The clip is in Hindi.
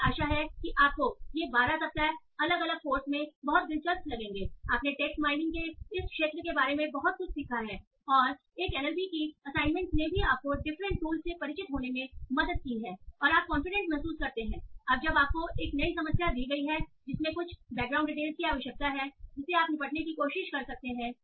मुझे आशा है कि आपको ये 12 सप्ताह अलग अलग कोर्स में बहुत दिलचस्प लगेंगे आपने टेक्स्ट माइनिंग के इस क्षेत्र के बारे में बहुत कुछ सीखा है और एक एन एल पी की असाइनमेंटस ने भी आपको डिफरेंट टूल्स से परिचित होने में बहुत मदद की है और आप कॉन्फिडेंट महसूस करते हैं अब जब आपको एक नई समस्या दी गई है जिसमें कुछ बैकग्राउंड डीटेल्स की आवश्यकता है संदर्भ समय 1818 जिससे आप निपटने की कोशिश कर सकते हैं